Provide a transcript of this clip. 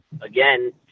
Again